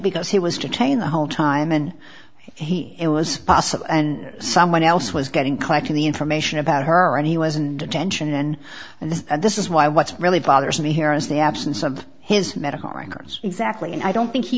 because he was detained the whole time and it was possible and someone else was getting collecting the information about her and he wasn't detention and this and this is why what really bothers me here is the absence of his medical records exactly and i don't think he